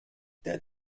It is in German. der